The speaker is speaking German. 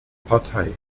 partei